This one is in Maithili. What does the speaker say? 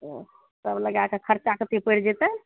सब लगाके खर्चा कत्ते पड़ि जेतै